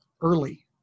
early